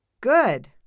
Good